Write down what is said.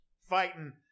fighting